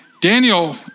Daniel